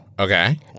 Okay